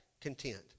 content